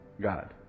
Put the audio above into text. God